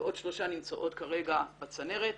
ועוד שלוש נמצאות כרגע בצנרת.